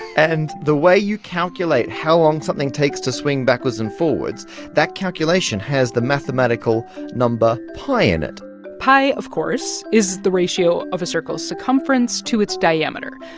and the way you calculate how long something takes to swing backwards and forwards that calculation has the mathematical number pi in it pi, of course, is the ratio of a circle's circumference to its diameter,